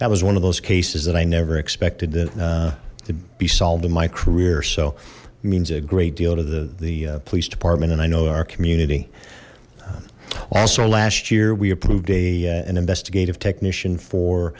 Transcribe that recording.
that was one of those cases that i never expected that to be solved in my career so means a great deal to the the police department and i know our community also last year we approved a an investigative technician for